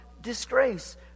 disgrace